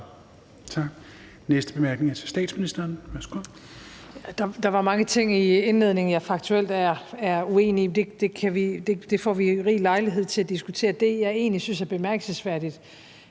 korte bemærkning er til statsministeren.